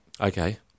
Okay